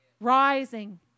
rising